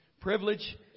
privilege